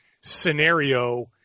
scenario